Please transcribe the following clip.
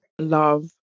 love